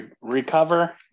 Recover